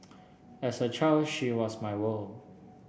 as a child she was my world